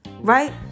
Right